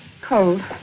Cold